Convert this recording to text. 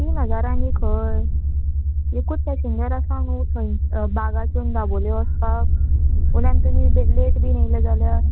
तीन हजार आनी खंय एकूत पॅसेंजर आसा न्हू थंय बागासून दाबोलें वचपाक वयल्यान तुमी लेट बीन येयले जाल्यार